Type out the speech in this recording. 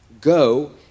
Go